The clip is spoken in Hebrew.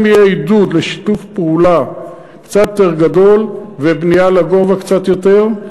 אם יהיה עידוד לשיתוף פעולה קצת יותר גדול ובנייה לגובה קצת יותר,